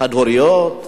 חד-הוריות,